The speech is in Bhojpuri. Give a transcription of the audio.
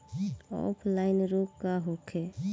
ऑफलाइन रोग का होखे?